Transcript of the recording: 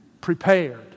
prepared